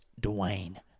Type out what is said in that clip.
Dwayne